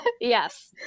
Yes